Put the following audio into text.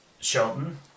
Shelton